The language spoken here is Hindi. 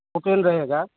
ओपेन रहेगा